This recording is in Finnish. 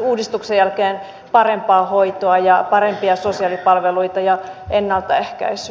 uudistuksen jälkeen parempaa hoitoa ja parempia sosiaalipalveluita ja ennaltaehkäisyä